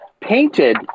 painted